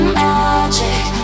magic